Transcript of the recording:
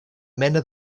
mena